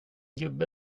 gubbe